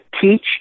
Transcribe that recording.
teach